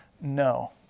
no